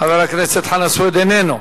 חבר הכנסת חנא סוייד, איננו.